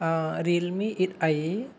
Realme ओइड आइ